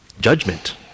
judgment